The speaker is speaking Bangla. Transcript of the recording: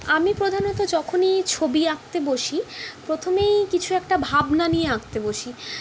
আমি প্রধানত যখনই ছবি আঁকতে বসি প্রথমেই কিছু একটা ভাবনা নিয়ে আঁকতে বসি